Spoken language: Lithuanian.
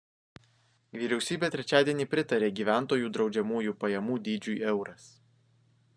vyriausybė trečiadienį pritarė gyventojų draudžiamųjų pajamų dydžiui euras